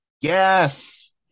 Yes